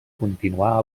continuar